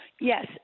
Yes